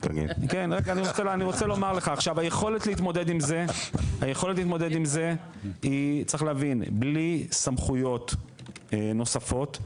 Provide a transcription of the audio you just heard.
צריך להבין שהיכולת להתמודד עם זה היא בלי סמכויות נוספות.